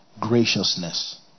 graciousness